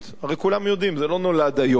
הרי כולם יודעים, זה לא נולד היום.